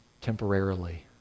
temporarily